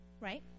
right